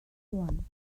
joan